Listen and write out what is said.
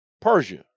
Persia